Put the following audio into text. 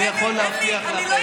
אני אקרא לך כל מה שאמרת נגד ביבי,